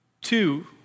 Two